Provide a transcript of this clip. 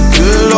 Good